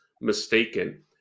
mistaken